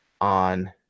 on